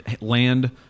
land